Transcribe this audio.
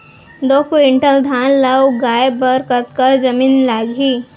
दो क्विंटल धान ला उगाए बर कतका जमीन लागही?